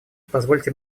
позвольте